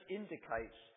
indicates